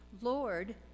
Lord